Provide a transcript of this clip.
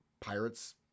Pirates